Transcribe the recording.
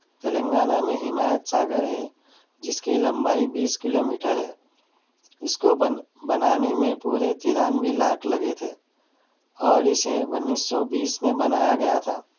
تلنگانہ میں حمایت ساگر ہے جس کی لمبائی بیس کلو میٹر ہے اس کو بن بنانے میں پورے ترانوے لاکھ لگے تھے اور اسے انیس سو بیس میں بنایا گیا تھا